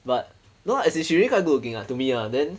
but no lah as in she really quite good looking ah to me lah then